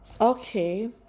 Okay